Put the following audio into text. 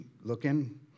looking